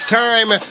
time